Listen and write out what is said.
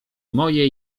moje